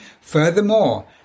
Furthermore